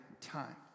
time